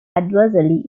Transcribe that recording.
adversely